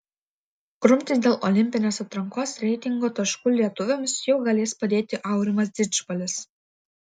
grumtis dėl olimpinės atrankos reitingo taškų lietuviams jau galės padėti aurimas didžbalis